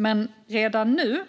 Men jag kan redan nu